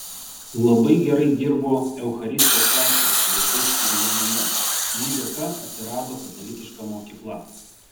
labai gerai dirbo eucharistijos seserys su vaikais ir jaunimu jų dėka atsirado katalikiška mokykla